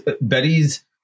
Betty's